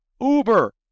Uber